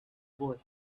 boy